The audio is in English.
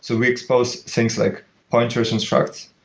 so we expose things like pointers and structs.